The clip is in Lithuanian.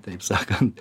taip sakant